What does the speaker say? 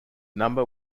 number